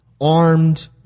armed